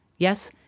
Yes